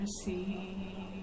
mercy